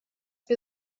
wir